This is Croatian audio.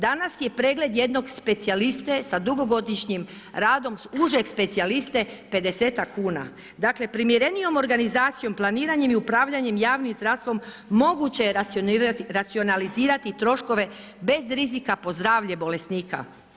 Danas je pregled jednog specijaliste sa dugogodišnjim radom užeg specijaliste 50-ak kuna, dakle primjerenijom organizacijom, planiranjem i upravljanjem javnim zdravstvom, moguće je racionalizirati troškove bez rizika po zdravlje bolesnika.